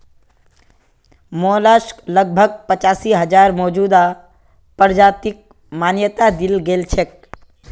mollusc लगभग पचासी हजार मौजूदा प्रजातिक मान्यता दील गेल छेक